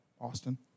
Austin